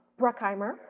Bruckheimer